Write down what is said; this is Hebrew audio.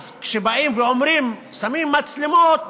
אז כשבאים ואומרים: שמים מצלמות,